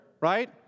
right